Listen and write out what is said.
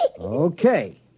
Okay